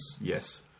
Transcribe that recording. Yes